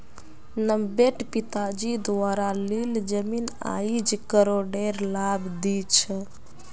नब्बेट पिताजी द्वारा लील जमीन आईज करोडेर लाभ दी छ